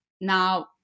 Now